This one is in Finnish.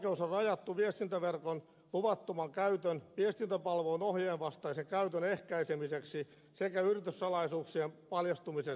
käsittelyoikeus on rajattu viestintäverkon luvattoman käytön viestintäpalvelujen ohjeidenvastaisen käytön ehkäisemiseksi sekä yrityssalaisuuksien paljastumisen selvittämiseksi